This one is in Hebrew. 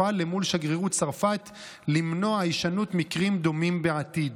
נפעל מול שגרירות צרפת למנוע הישנות מקרים דומים בעתיד.